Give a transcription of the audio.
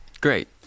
great